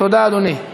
תודה, אדוני.